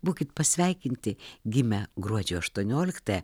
būkit pasveikinti gimę gruodžio aštuoliktą